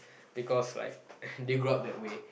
because like they grow up that way